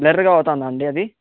బ్లర్గా అవుతుందా అండి అది